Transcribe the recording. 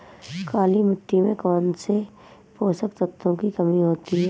काली मिट्टी में कौनसे पोषक तत्वों की कमी होती है?